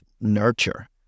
nurture